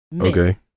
Okay